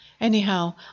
Anyhow